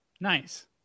nice